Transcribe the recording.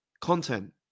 content